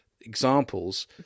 examples